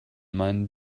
meinen